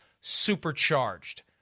supercharged